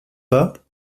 pas